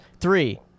Three